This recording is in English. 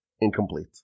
incomplete